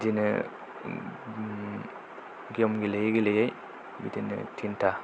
बिदिनो गेम गेलेयै गेलेयै बिदिनो थिनथा